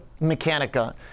Mechanica